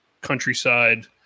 countryside